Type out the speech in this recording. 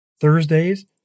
Thursdays